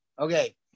Okay